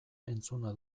entzuna